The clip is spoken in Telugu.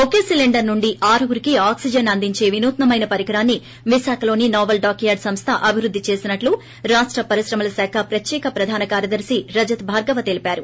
ఒకే సిలిండర్ నుంచి ఆరుగురికి ఆక్సిజన్ అందించే వినూత్సమైన పరికరాన్ని విశాఖలోని నావల్ డాక్యార్గ్ సంస్ట అభివృద్ది చేసినట్టు రాష్ట పరిశ్రమల శాఖ ప్రత్యేక ప్రధాన కార్యదర్ని రజత్ భార్గవ తెలియజేశారు